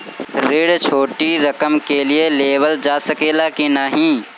ऋण छोटी रकम के लिए लेवल जा सकेला की नाहीं?